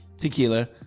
Tequila